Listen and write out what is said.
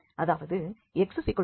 அதாவது x0 y0